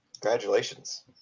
Congratulations